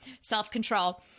Self-control